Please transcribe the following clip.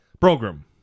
Program